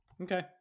Okay